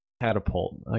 catapult